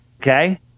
okay